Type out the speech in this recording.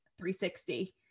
360